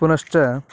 पुनश्च